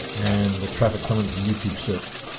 and the traffic coming from youtube search.